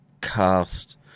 cast